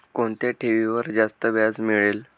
कोणत्या ठेवीवर जास्त व्याज मिळेल?